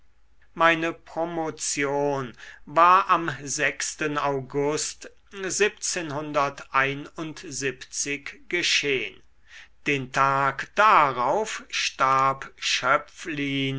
meine promotion war am august geschehn den tag darauf starb schöpflin